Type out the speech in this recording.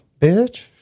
bitch